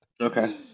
Okay